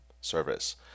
service